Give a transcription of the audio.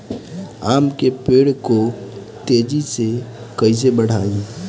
आम के पेड़ को तेजी से कईसे बढ़ाई?